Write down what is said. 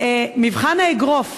מבחן האגרוף.